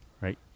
Right